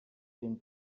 den